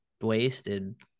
wasted